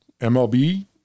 MLB